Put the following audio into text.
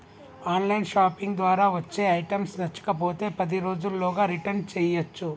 on line shopping ద్వారా వచ్చే items నచ్చకపోతే పది రోజుల్లోగా రిటర్న్ చేయ్యచ్చు